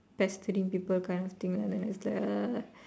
pestering people kind of thing lah it's like uh